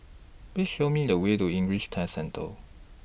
Please Show Me The Way to English Test Centre